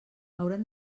hauran